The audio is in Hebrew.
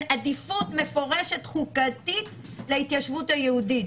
עדיפות מפורשת חוקתית להתיישבות היהודית,